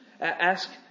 Ask